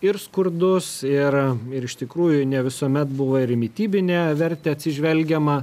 ir skurdus ir ir iš tikrųjų ne visuomet buvo ir mitybinę vertę atsižvelgiama